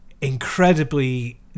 incredibly